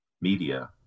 media